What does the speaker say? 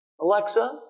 Alexa